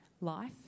life